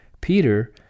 Peter